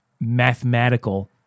mathematical